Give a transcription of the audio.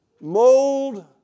mold